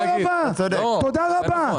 תודה רבה.